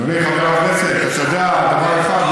אדוני חבר הכנסת, עד שיתפתחו.